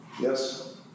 Yes